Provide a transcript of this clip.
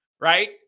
right